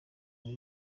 bari